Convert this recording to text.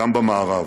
גם במערב.